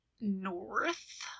north